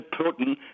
Putin